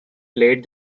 played